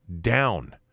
down